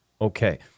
Okay